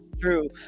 True